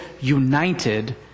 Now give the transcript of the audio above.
united